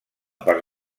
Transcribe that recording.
per